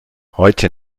heute